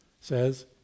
says